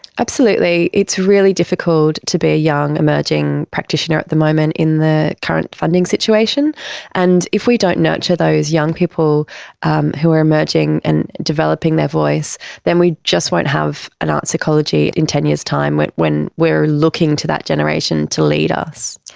absolutely, it's really difficult to be a young emerging practitioner at the moment in their current funding situation and if we don't nurture those young people um who are emerging and developing their voice then we just won't have an arts ecology in ten years time when when we're looking to that generation to lead us.